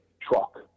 truck